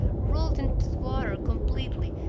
rolled into the water completely,